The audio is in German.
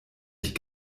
ich